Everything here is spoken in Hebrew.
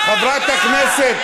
חברת הכנסת,